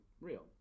real